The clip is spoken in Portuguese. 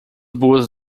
boas